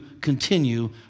continue